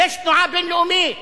יש תנועה בין-לאומית